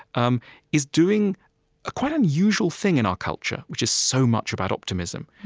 um is doing a quite unusual thing in our culture, which is so much about optimism.